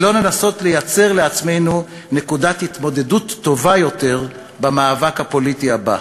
ולא לנסות לייצר לעצמנו נקודת התמודדות טובה יותר במאבק הפוליטי הבא.